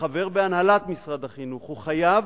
כחבר בהנהלת משרד החינוך, הוא חייב: